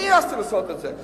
אני העזתי לעשות את זה.